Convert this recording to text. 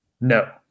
No